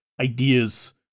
ideas